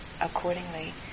accordingly